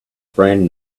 brand